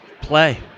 Play